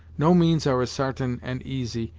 no means are as sartain and easy,